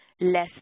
less